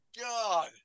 god